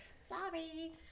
sorry